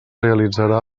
realitzarà